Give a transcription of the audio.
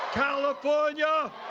california,